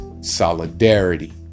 Solidarity